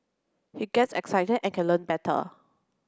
he gets excited and can learn better